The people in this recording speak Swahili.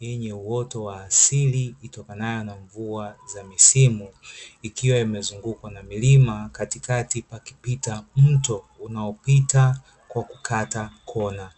yenye uoto wa asili iliyotokana na mvua za misimu iliyozungukwa na milima katika pakipita mto unaopita kwa kukata kona.